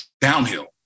downhill